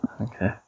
Okay